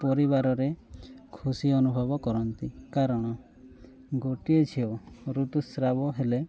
ପରିବାରରେ ଖୁସି ଅନୁଭବ କରନ୍ତି କାରଣ ଗୋଟିଏ ଝିଅ ଋତୁସ୍ରାବ ହେଲେ